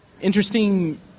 interesting